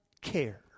care